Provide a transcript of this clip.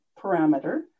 parameter